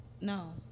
no